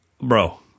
Bro